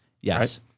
Yes